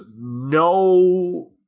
no